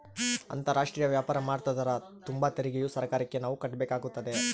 ಅಂತಾರಾಷ್ಟ್ರೀಯ ವ್ಯಾಪಾರ ಮಾಡ್ತದರ ತುಂಬ ತೆರಿಗೆಯು ಸರ್ಕಾರಕ್ಕೆ ನಾವು ಕಟ್ಟಬೇಕಾಗುತ್ತದೆ